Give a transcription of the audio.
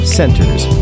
centers